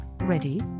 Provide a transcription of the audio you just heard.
Ready